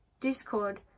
discord